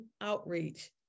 outreach